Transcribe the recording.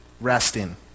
resting